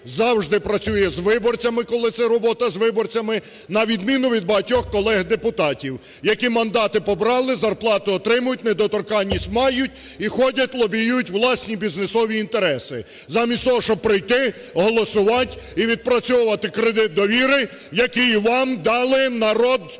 Завжди працює з виборцями, коли це робота з виборцями. На відміну від багатьох колег-депутатів, які мандатипобрали, зарплату отримують, недоторканість мають і ходять лобіюють власні бізнесові інтереси, замість того, щоб прийти, голосувати і відпрацьовувати кредит довіри, який вам дав народ України